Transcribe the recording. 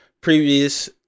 previous